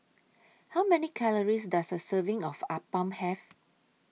How Many Calories Does A Serving of Appam Have